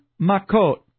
makot